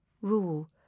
Rule